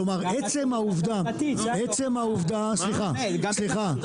כלומר, עצם העובדה, סליחה, סליחה.